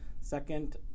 Second